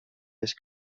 les